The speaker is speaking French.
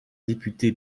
député